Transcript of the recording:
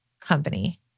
company